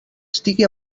estigui